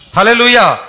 Hallelujah